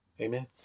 Amen